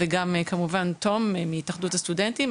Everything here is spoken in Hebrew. גם כמובן תום בהתאחדות הסטודנטים.